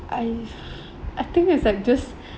I I think is like just